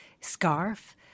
scarf